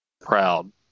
proud